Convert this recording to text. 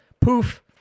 Poof